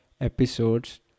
episodes